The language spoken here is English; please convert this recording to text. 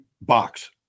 box